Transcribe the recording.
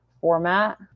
format